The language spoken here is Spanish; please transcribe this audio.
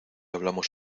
hablamos